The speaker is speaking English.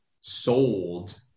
sold